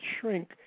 shrink